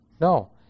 no